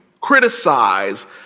criticize